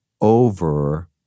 over